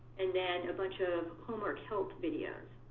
and then a bunch of homework help videos.